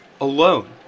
alone